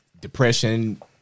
depression